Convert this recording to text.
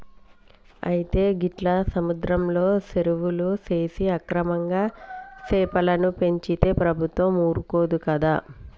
అయితే గీట్ల సముద్రంలో సెరువులు సేసి అక్రమంగా సెపలను పెంచితే ప్రభుత్వం ఊరుకోదు కదా